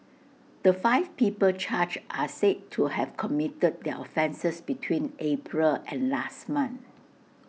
the five people charged are said to have committed their offences between April and last month